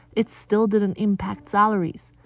it still didn't impact salaries.